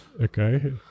Okay